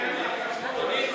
כן.